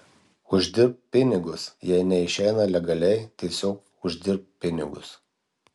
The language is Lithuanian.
uždirbk pinigus jei neišeina legaliai tiesiog uždirbk pinigus